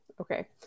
Okay